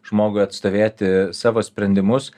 žmogui atstovėti savo sprendimus